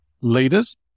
leaders